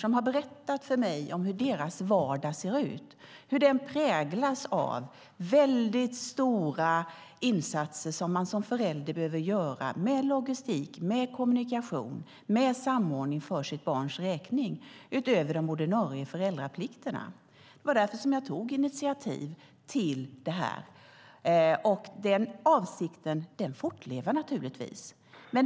De har berättat för mig om hur deras vardag ser ut och hur den präglas av väldigt stora insatser som man som förälder behöver göra med logistik, kommunikation och samordning för sitt barns räkning utöver de ordinarie föräldraplikterna. Det var därför som jag tog initiativ till detta. Den avsikten fortlever naturligtvis.